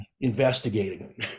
investigating